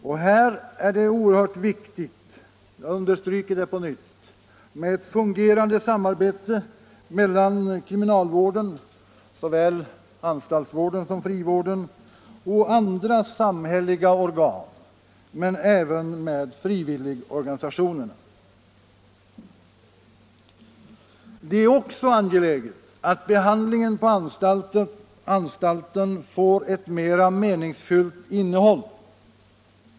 Och här är det oerhört viktigt — jag understryker det på nytt - med ett fungerande samarbete mellan kriminalvården, såväl anstaltsvården som frivården, och andra samhälleliga organ samt även med frivilligorganisationerna. Det är också angeläget att behandlingen på anstalten får ett mera meningsfullt innehåll.